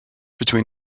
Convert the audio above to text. between